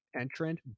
entrant